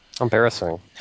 Embarrassing